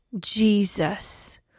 Jesus